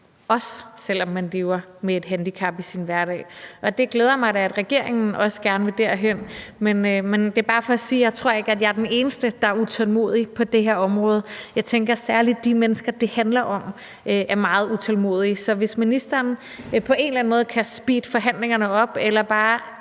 også selv om man lever med et handicap i sin hverdag. Det glæder mig da, at regeringen også gerne vil derhen. Men det er bare for at sige, at jeg ikke tror, at jeg er den eneste, der er utålmodig på det her område. Jeg tænker særlig, at de mennesker, det handler om, er meget utålmodige. Så måske ministeren på en anden måde kan speede forhandlingerne op eller bare